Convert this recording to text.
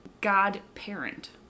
godparent